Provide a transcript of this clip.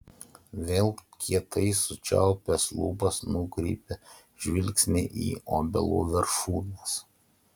vėl kietai sučiaupęs lūpas nukreipia žvilgsnį į obelų viršūnes